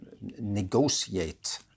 negotiate